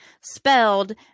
spelled